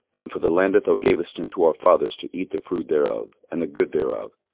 and for the land that thou gavest unto our fathers to eat the fruit thereof and the good thereof,